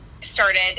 started